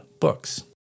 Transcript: books